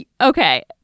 Okay